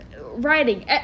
writing